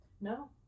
No